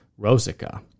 Rosica